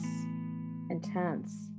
intense